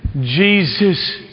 Jesus